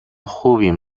خوبیم